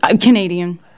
Canadian